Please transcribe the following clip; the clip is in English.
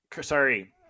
sorry